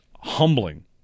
humbling